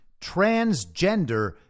transgender